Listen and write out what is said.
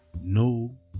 No